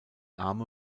arme